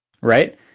Right